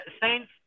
Saints